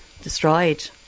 destroyed